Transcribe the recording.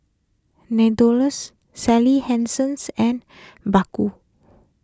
Sally Hansen and Baggu